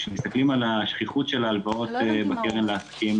כשמסתכלים על השכיחות של ההלוואות בקרן הקיימת לעסקים